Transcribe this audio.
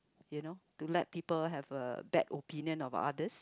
you know to let people have a bad opinion of others